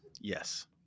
Yes